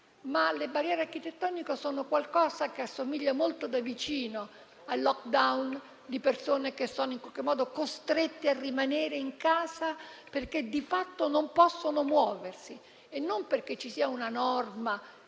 Le barriere architettoniche sono qualcosa che assomiglia molto da vicino al *lockdown* di persone che sono in qualche modo costrette a rimanere in casa, perché di fatto non possono muoversi e non perché ci sia una norma